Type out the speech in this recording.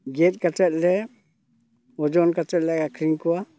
ᱜᱮᱫ ᱠᱟᱛᱮᱫ ᱞᱮ ᱳᱡᱚᱱ ᱠᱟᱛᱮᱫ ᱞᱮ ᱟᱠᱷᱨᱤᱧ ᱠᱚᱣᱟ